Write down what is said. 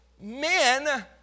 men